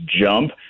jump